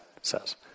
says